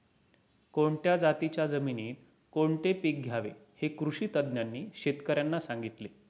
कोणत्या जातीच्या जमिनीत कोणते पीक घ्यावे हे कृषी तज्ज्ञांनी शेतकर्यांना सांगितले